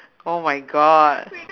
oh my god